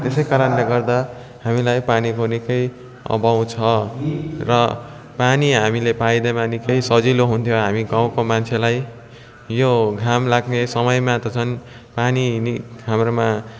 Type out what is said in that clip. त्यसै कारणले गर्दा हामीलाई पानीको निक्कै अभाव छ र पानी हामीले पाइदिएमा निक्कै सजिलो हुन्थ्यो हामी गाउँको मान्छेलाई यो घाम लाग्ने समयमा त झन् पानी नि हाम्रोमा